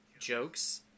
jokes